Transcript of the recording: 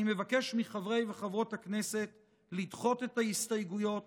אני מבקש מחברי וחברות הכנסת לדחות את ההסתייגויות